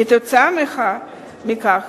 עקב כך,